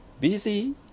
busy